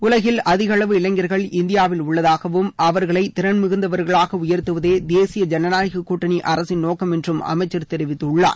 உலகில் அதிகளவு இளைஞர்கள் இந்தியாவில் உள்ளதாகவும் அவர்களை திறன் மிகுந்தவர்களாக உயர்த்துவதே தேசிய ஜனநாயக கூட்டணி அரசின் நோக்கம் என்று அமைச்சர் தெரிவித்துள்ளார்